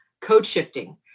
code-shifting